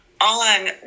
on